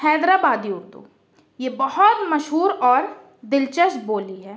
حیدرآبادی اردو یہ بہت مشہور اور دلچسپ بولی ہے